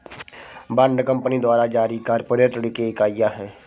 bond company द्वारा जारी corporate ऋण की इकाइयां हैं